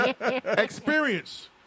Experience